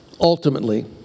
ultimately